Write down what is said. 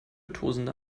tosender